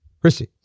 Christy